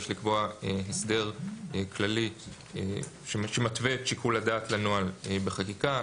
ויש לקבוע הסדר כללי שמטווה את שיקול הדעת לנוהל בחקיקה,